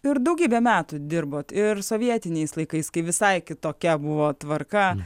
ir daugybę metų dirbot ir sovietiniais laikais kai visai kitokia buvo tvarka